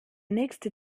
nächste